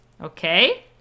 Okay